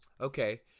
Okay